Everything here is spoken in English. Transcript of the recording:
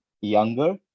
younger